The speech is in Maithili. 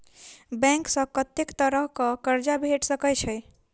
बैंक सऽ कत्तेक तरह कऽ कर्जा भेट सकय छई?